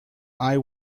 eye